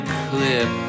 clip